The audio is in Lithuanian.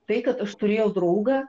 tai kad aš turėjau draugą